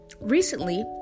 Recently